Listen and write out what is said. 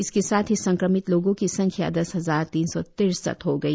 इसके साथ ही संक्रमित लोगों की संख्या दस हजार तीन सौ तिरसठ हो गई